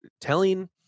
telling